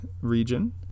region